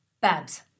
Babs